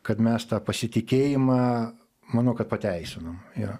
kad mes tą pasitikėjimą manau kad pateisinom jo